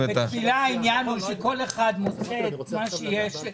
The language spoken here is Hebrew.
בתפילה העניין הוא שכל אחד מוצא את מה שיש.